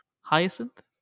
Hyacinth